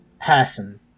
Person